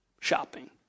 shopping